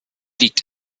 liegt